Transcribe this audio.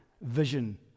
vision